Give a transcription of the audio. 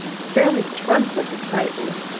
fairly drunk with excitement,